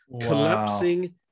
collapsing